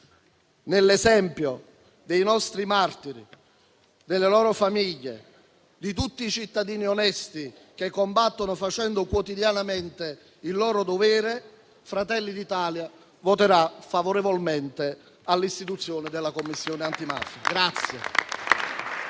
Nell'esempio dunque dei nostri martiri, delle loro famiglie e di tutti i cittadini onesti che combattono facendo quotidianamente il loro dovere, il Gruppo Fratelli d'Italia voterà favorevolmente all'istituzione della Commissione parlamentare